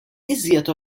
iżjed